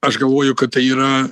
aš galvoju kad tai yra